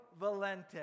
valente